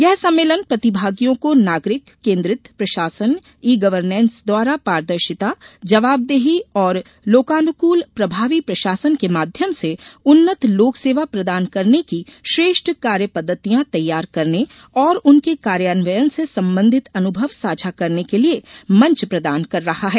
यह सम्मेलन प्रतिभागियों को नागरिक केन्द्रित प्रशासन ई गर्वनेंस द्वारा पारदर्शिता जवाबदेही और लोकानुकुल प्रभावी प्रशासन के माध्यम से उन्नत लोकसेवा प्रदान करने की श्रेष्ठ कार्य पद्धतियां तैयार करने और उनके कार्यान्वयन से संबंधित अनुभव साझा करने के लिए मंच प्रदान कर रहा है